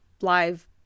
live